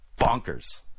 Bonkers